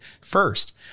First